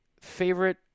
favorite